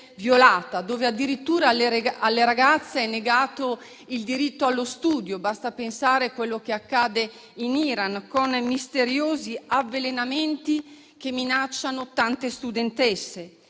dove addirittura alle ragazze è negato il diritto allo studio. Basti pensare a quello che accade in Iran, con i misteriosi avvelenamenti che minacciano tante studentesse.